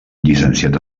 llicenciat